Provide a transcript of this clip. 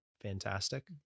fantastic